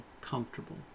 comfortable